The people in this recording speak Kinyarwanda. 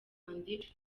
andi